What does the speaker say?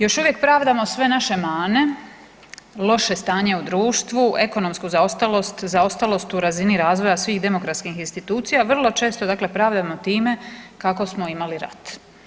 Još uvijek pravdamo sve naše mane, loše stanje u društvu, ekonomsku zaostalost, zaostalost u razini razvoja svih demokratskih institucija vrlo često dakle pravdano time kako smo imali rat.